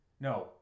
No